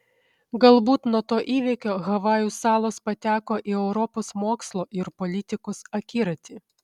galbūt nuo to įvykio havajų salos pateko į europos mokslo ir politikos akiratį